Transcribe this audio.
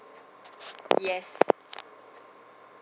yes